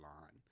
line